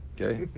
Okay